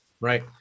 Right